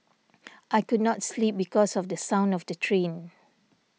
I could not sleep because of the sound of the train